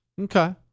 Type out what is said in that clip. Okay